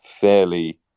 fairly